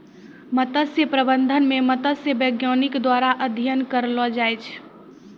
मत्स्य प्रबंधन मे मत्स्य बैज्ञानिक द्वारा अध्ययन करलो जाय छै